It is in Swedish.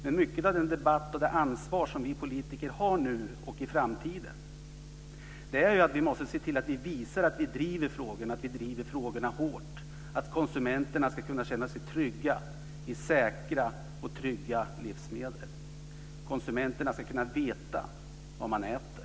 Men mycket av det ansvar som vi politiker har nu och i framtiden är att vi måste se till att visa att vi driver frågorna hårt, att konsumenterna ska kunna känna sig trygga med säkra och trygga livsmedel. Konsumenterna ska kunna veta vad man äter.